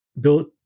built